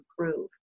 improve